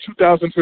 2015